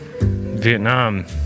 Vietnam